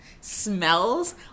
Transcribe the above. smells